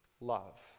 Love